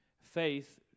Faith